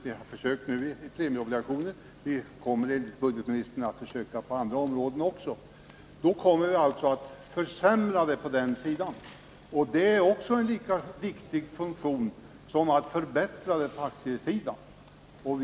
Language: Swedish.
Vi har försökt med premieobligationer, och det kommer enligt budgetministern att göras försök på andra områden också. Då kommer vi alltså att försämra möjligheterna på den sidan, och det är en lika viktig funktion som att förbättra den på aktiesidan.